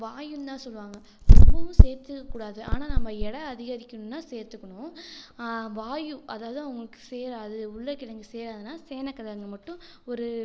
வாயுந்தான்னு சொல்லுவாங்கள் ரொம்பவும் சேத்துக்கக் கூடாது ஆனால் நம்ம எடை அதிகரிக்கணுன்னா சேத்துக்கணும் வாயு அதாவது அவங்களுக்கு சேராது உருளைக்கெலங்கு சேராதுன்னா சேனக்கிலங்கு மட்டும் ஒரு